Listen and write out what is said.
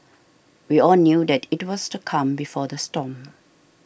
we all knew that it was the calm before the storm